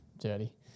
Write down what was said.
Dirty